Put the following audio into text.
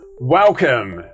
welcome